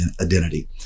identity